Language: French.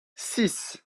six